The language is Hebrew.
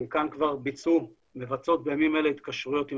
חלקן כבר מבצעות בימים אלה התקשרויות עם